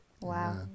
Wow